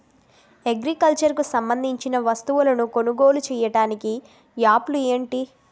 Agriculture కు సంబందించిన వస్తువులను కొనుగోలు చేయటానికి యాప్లు ఏంటి?